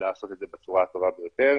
לעשות את זה בצורה הטובה ביותר.